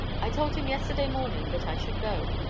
i told him yesterday morning that i should go,